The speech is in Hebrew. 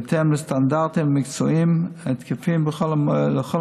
בהתאם לסטנדרטים המקצועיים התקפים לכל